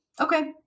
okay